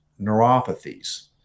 neuropathies